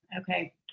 Okay